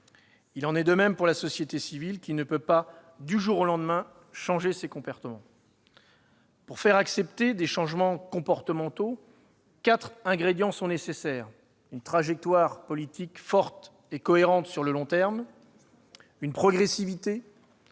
Il en est de même pour la société civile, qui ne peut pas du jour au lendemain modifier ses comportements. Pour faire accepter des changements comportementaux, quatre ingrédients sont nécessaires : une trajectoire politique forte et cohérente sur le long terme ; la progressivité